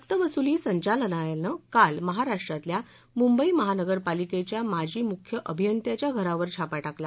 सक्तवसुली संचालनालयानं काल महाराष्ट्रातल्या मुंबई महानगरपालिकेच्या माजी मुख्य अभियंत्याच्या घरावर छापा टाकला